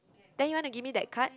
then you want to give me that card